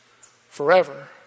forever